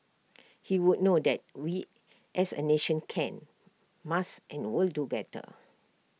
he would know that we as A nation can must and will do better